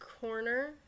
corner